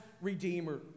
Redeemer